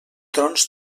trons